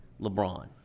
LeBron